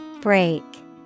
Break